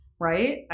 right